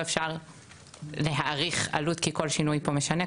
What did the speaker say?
אפשר להעריך עלות כי כל שינוי כאן משנה,